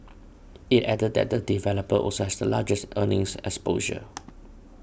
it added that the developer also has the largest earnings exposure